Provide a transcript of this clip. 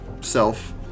self